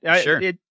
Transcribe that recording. Sure